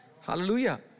hallelujah